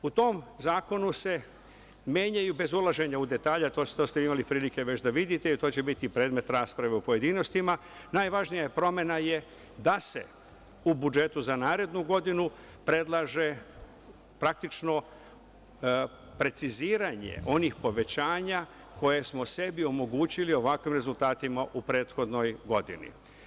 U tom zakonu se menjaju, bez ulaženja u detalje, a to ste imali prilike već da vidite, to će biti predmet rasprave u pojedinostima, najvažnija promena je da se u budžetu za narednu godinu predlaže praktično preciziranje onih povećanja koja smo sebi omogućili ovakvim rezultatima u prethodnoj godini.